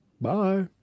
Bye